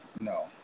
no